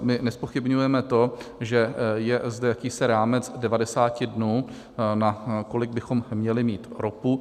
My nezpochybňujeme to, že je zde jakýsi rámec 90 dnů, na kolik bychom měli mít ropu.